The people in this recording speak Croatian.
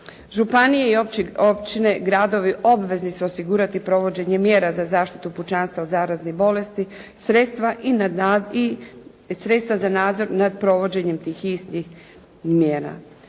Županije i općine, gradovi obvezni su osigurati provođenje mjera za zaštitu pučanstva od zaraznih bolesti, sredstva za nadzor nad provođenjem tih istih mjera.